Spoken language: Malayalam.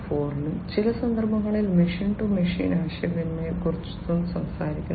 0 ലും ചില സന്ദർഭങ്ങളിൽ മെഷീൻ ടു മെഷീൻ ആശയവിനിമയത്തെക്കുറിച്ചും സംസാരിക്കുന്നു